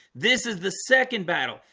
this is the second battle.